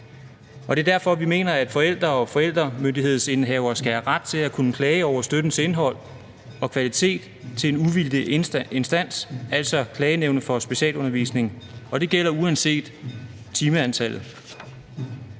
Det er derfor, vi mener, at forældre og forældremyndighedsindehavere skal have ret til at kunne klage over støttens indhold og kvalitet til en uvildig instans, altså Klagenævnet for Specialundervisning, og det gælder uanset timeantallet.